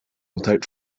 without